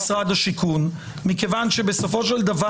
ממשרד השיכון מכיוון שבסופו של דבר